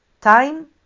time